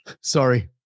Sorry